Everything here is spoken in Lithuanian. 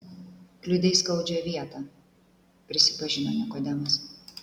kliudei skaudžią vietą prisipažino nikodemas